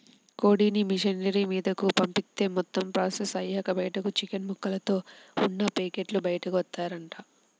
కోడిని మిషనరీ మీదకు పంపిత్తే మొత్తం ప్రాసెస్ అయ్యాక బయటకు చికెన్ ముక్కలతో ఉన్న పేకెట్లు బయటకు వత్తాయంట